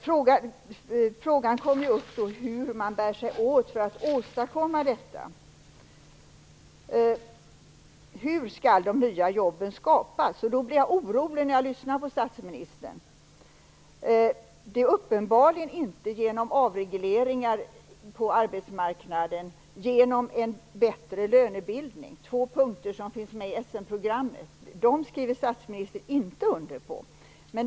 Frågan kommer då upp hur man bär sig åt för att åstadkomma detta, hur de nya jobben skall skapas. Jag blir orolig när jag lyssnar på statsministern. Det skall uppenbarligen inte ske genom avregleringar på arbetsmarknaden eller genom en bättre lönebildning; två punkter som finns med i Essenprogrammet. Dem skriver statsministern inte under på.